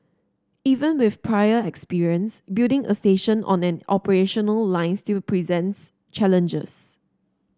even with prior experience building a station on an operational line still presents challenges